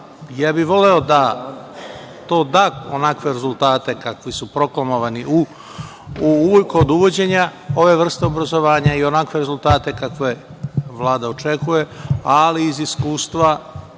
ja bih voleo da to da onakve rezultate kakvi su proklamovani kod uvođenja ove vrste obrazovanja i onakve rezultate kakve Vlada očekuje. Ali, iz iskustva,